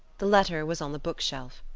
the letter was on the bookshelf.